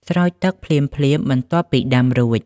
ស្រោចទឹកភ្លាមៗបន្ទាប់ពីដាំរួច។